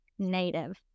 native